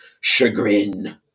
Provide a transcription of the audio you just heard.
chagrin